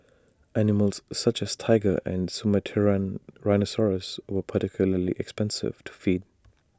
animals such as Tiger and Sumatran rhinoceros were particularly expensive to feed